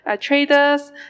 traders